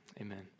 Amen